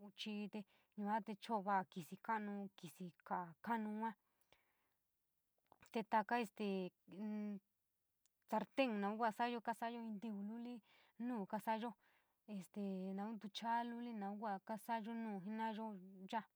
ñu’un chii te yua te cho’o va’a te kísí ka’anu, kísí kaa ka’anun yua, te taka inn te inn sartej naun sa’ayo, kasa’ayo inn tiví luli nuu kasa’ayo, este naun ntucha’a luli naun kasa’ayo jenayo yaa.